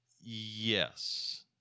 Yes